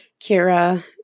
Kira